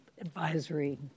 advisory